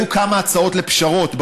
והיו כמה הצעות לפשרות,